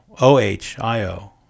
O-H-I-O